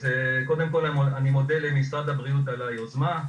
אז קודם כל אני מודה למשרד הבריאות על היוזמה,